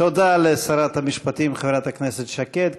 תודה לשרת המשפטים חברת הכנסת שקד.